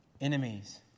enemies